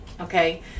okay